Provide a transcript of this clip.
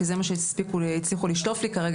כי זה מה שהצליחו לשלוף לי כרגע,